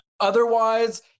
Otherwise